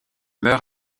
meurt